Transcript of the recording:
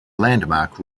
landmark